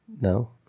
No